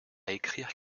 écrire